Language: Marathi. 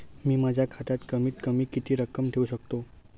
मी माझ्या खात्यात कमीत कमी किती रक्कम ठेऊ शकतो?